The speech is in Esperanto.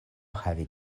havi